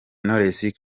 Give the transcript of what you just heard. knowless